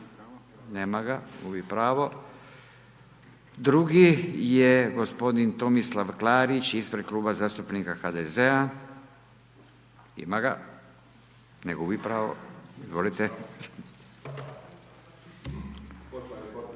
Nema ga, gubi pravo. Drugi je gospodin Tomislav Klarić ispred Kluba zastupnika HDZ-a. Ima ga, ne gubiti pravo. Izvolite. **Klarić, Tomislav